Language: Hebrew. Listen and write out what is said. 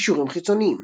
קישורים חיצוניים